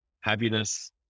happiness